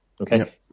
okay